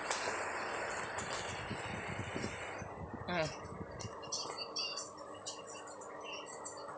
mm